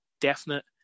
definite